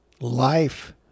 life